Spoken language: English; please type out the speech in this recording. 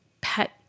pet